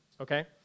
Okay